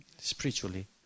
Spiritually